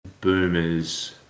boomers